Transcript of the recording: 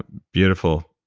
beautiful.